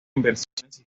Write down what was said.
inversiones